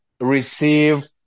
receive